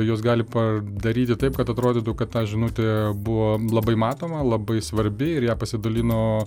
jos gali pa daryti taip kad atrodytų kad ta žinutė buvo labai matoma labai svarbi ir ja pasidalino